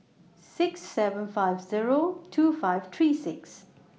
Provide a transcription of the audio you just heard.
six seven five Zero two five three six